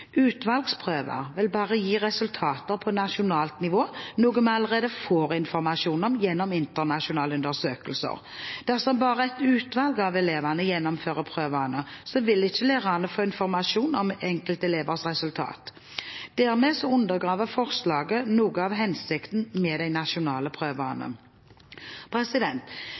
Utvalgsprøver vil bare gi resultater på nasjonalt nivå, noe vi allerede får informasjon om gjennom internasjonale undersøkelser. Dersom bare et utvalg av elevene gjennomfører prøvene, vil ikke lærere få informasjon om enkeltelevers resultater. Dermed undergraver forslaget noe av hensikten med de nasjonale prøvene.